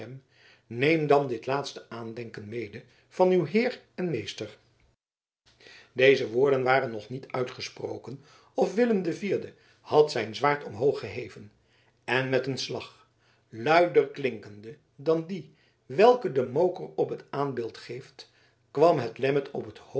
neem dan dit laatste aandenken mede van uw heer en meester deze woorden waren nog niet uitgesproken of willem de vierde had zijn zwaard omhoog geheven en met een slag luider klinkende dan die welken de moker op het aanbeeld geeft kwam het lemmer op het hoofd